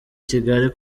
kigali